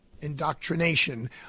indoctrination